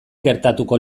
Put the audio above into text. gertatuko